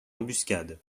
embuscade